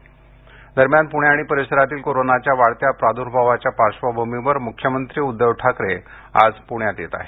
ठाकरे दरम्यान पूणे आणि परिसरातील कोरोनाच्या वाढत्या प्रादूर्भावाच्या पार्श्वभूमीवर मुख्यमंत्री उद्धव ठाकरे आज प्रण्यात येत आहेत